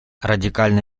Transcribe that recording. радикально